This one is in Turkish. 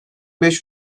beş